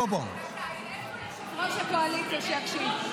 איפה יושב-ראש הקואליציה, שיקשיב?